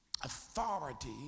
Authority